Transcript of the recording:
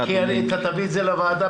אתה תביא את זה לוועדה,